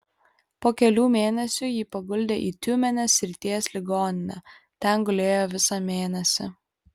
po kelių mėnesių jį paguldė į tiumenės srities ligoninę ten gulėjo visą mėnesį